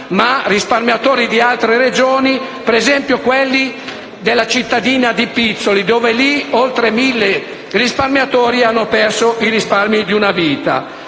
ma anche di altre Regioni, come ad esempio quelli della cittadina di Pizzoli, dove oltre mille risparmiatori hanno perso i risparmi di una vita.